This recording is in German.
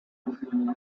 über